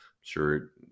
sure